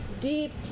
deep